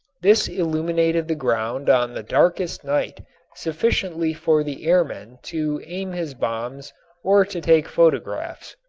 this illuminated the ground on the darkest night sufficiently for the airman to aim his bombs or to take photographs.